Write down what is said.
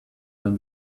than